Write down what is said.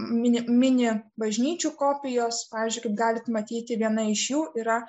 mini mini bažnyčių kopijos pavyzdžiui kaip galit matyti viena iš jų yra